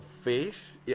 face